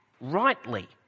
rightly